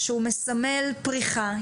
שהוא מסמל פריחה,